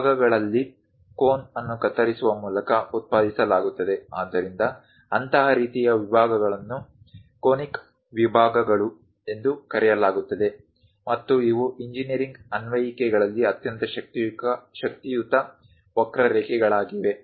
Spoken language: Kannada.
ವಿಭಾಗಗಳಲ್ಲಿ ಕೋನ್ ಅನ್ನು ಕತ್ತರಿಸುವ ಮೂಲಕ ಉತ್ಪಾದಿಸಲಾಗುತ್ತದೆ ಆದ್ದರಿಂದ ಅಂತಹ ರೀತಿಯ ವಿಭಾಗಗಳನ್ನು ಕೋನಿಕ್ ವಿಭಾಗಗಳು ಎಂದು ಕರೆಯಲಾಗುತ್ತದೆ ಮತ್ತು ಇವು ಇಂಜಿನೀರಿಂಗ್ ಅನ್ವಯಿಕೆಗಳಲ್ಲಿ ಅತ್ಯಂತ ಶಕ್ತಿಯುತ ವಕ್ರಾರೇಖೆಗಳಾಗಿವೆ